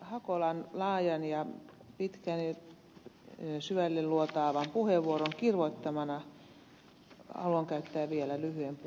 hakolan laajan ja pitkän syvälle luotaavan puheenvuoron kirvoittamana haluan käyttää vielä lyhyen puheenvuoron